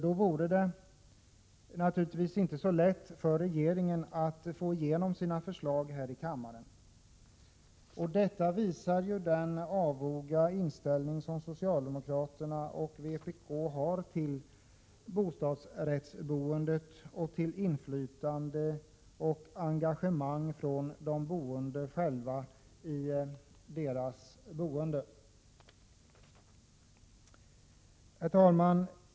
Då vore det naturligtvis inte så lätt för regeringen att få igenom sina förslag här i kammaren. Detta exempel visar vilken avog inställning socialdemokraterna och vpk har till bostadsrättsboendet och till att öka inflytande och engagemang från de boende själva i det egna boendet. Herr talman!